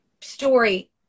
story